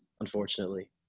unfortunately